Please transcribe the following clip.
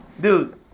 Dude